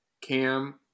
Cam